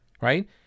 right